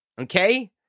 Okay